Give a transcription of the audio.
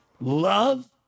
love